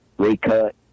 Recut